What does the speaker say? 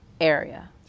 area